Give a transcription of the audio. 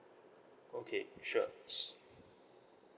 okay sure